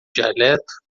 dialeto